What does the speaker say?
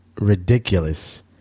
ridiculous